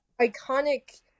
iconic